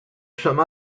some